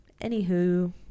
Anywho